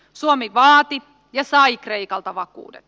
suomi vaati ja sai kreikalta vakuudet